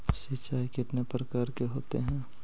सिंचाई कितने प्रकार के होते हैं?